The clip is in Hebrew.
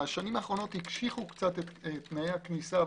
בשנים האחרונות הקשיחו קצת את תנאי הכניסה,